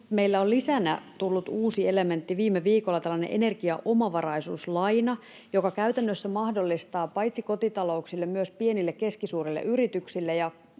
meille on lisänä tullut uusi elementti viime viikolla, tällainen energiaomavaraisuuslaina, joka käytännössä mahdollistaa paitsi kotitalouksille myös pienille ja keskisuurille yrityksille